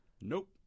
Nope